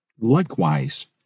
Likewise